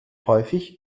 häufig